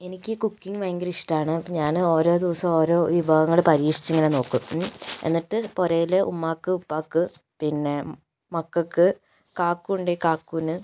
എനിക്ക് കുക്കിംഗ് ഭയങ്കര ഇഷ്ടമാണ് ഞാന് ഓരോ ദിവസം ഓരോ വിഭവങ്ങള് പരീക്ഷിച്ചിങ്ങനെ നോക്കും എന്നിട്ട് പുരയിലെ ഉമ്മാക്ക് ഉപ്പാക്ക് പിന്നെ മക്കൾക്ക് കാക്കു ഉണ്ടെങ്കിൽ കാക്കുവിന്